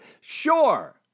Sure